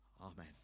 Amen